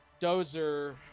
dozer